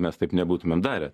mes taip nebūtumėm darę